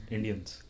Indians